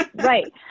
Right